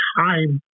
time